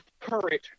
current